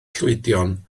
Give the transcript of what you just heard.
llwydion